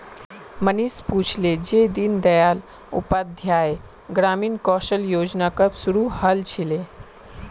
मनीष पूछले जे दीन दयाल उपाध्याय ग्रामीण कौशल योजना कब शुरू हल छिले